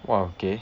!wah! okay